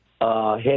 head